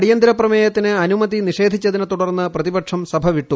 അടിയന്തിര പ്രമേയത്തിന് അനുമതി നിഷേധിച്ചതിനെ തുടർന്ന് പ്രതിപക്ഷം സഭ വിട്ടു